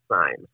sign